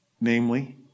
Namely